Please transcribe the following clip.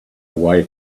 away